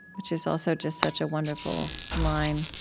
which is also just such a wonderful line.